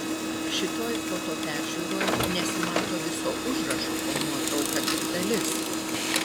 šitoj foto peržiūroj nesimato viso užrašo po nuotrauka tik dalis